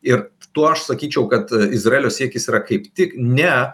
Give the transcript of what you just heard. ir tuo aš sakyčiau kad izraelio siekis yra kaip tik ne